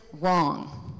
wrong